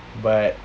but